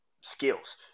skills